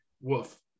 Woof